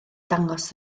dangos